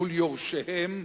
מול יורשיהם,